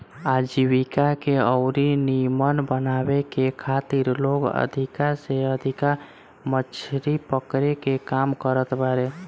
आजीविका के अउरी नीमन बनावे के खातिर लोग अधिका से अधिका मछरी पकड़े के काम करत बारे